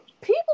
people